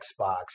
Xbox